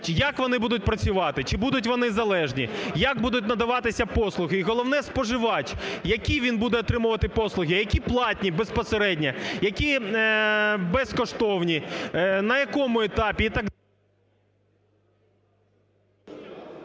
як вони будуть працювати, чи будуть вони залежні, як будуть надаватися послуги, і, головне, споживач, які він буде отримувати послуги, які платні безпосередньо, які безкоштовні, на якому етапі